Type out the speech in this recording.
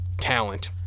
talent